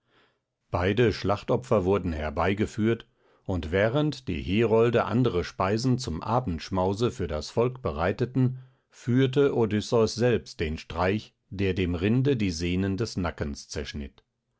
beide schlachtopfer wurden herbeigeführt und während die herolde andere speisen zum abendschmause für das volk bereiteten führte odysseus selbst den streich der dem rinde die sehnen des nackens zerschnitt